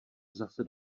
zase